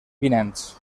vinents